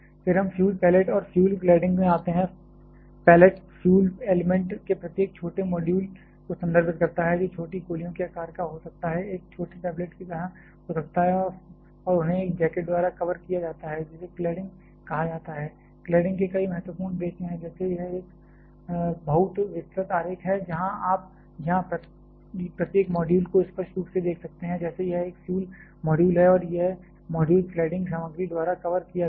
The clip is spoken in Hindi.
फिर हम फ्यूल पैलेट और फ्यूल क्लैडिंग में आते हैं पैलेट फ्यूल एलिमेंट के प्रत्येक छोटे मॉड्यूल को संदर्भित करता है जो छोटी गोलियों के आकार का हो सकता है या एक छोटे टैबलेट की तरह हो सकता है और उन्हें एक जैकेट द्वारा कवर किया जाता है जिसे क्लैडिंग कहा जाता है क्लैडिंग के कई महत्वपूर्ण उद्देश्य हैं जैसे यह एक बहुत विस्तृत आरेख है जहां आप यहां प्रत्येक मॉड्यूल को स्पष्ट रूप से देख सकते हैं जैसे यह एक फ्यूल मॉड्यूल है और यह मॉड्यूल क्लैडिंग सामग्री द्वारा कवर किया गया है